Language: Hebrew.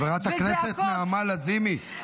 חברת הכנסת נעמה לזימי,